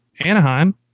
Anaheim